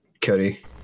Cody